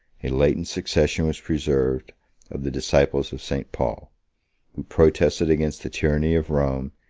a latent succession was preserved of the disciples of st. paul who protested against the tyranny of rome,